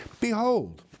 Behold